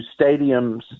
stadiums